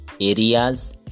areas